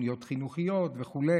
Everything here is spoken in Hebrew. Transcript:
תוכניות חינוכיות וכו'.